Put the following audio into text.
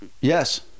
Yes